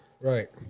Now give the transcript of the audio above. Right